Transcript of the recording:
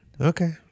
Okay